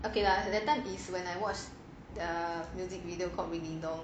okay lah so that time is when I watch the music video called ring ding dong